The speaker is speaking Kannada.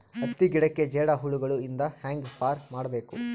ಹತ್ತಿ ಗಿಡಕ್ಕೆ ಜೇಡ ಹುಳಗಳು ಇಂದ ಹ್ಯಾಂಗ್ ಪಾರ್ ಮಾಡಬೇಕು?